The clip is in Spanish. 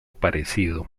parecido